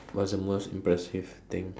what's the most impressive thing